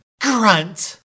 Grunt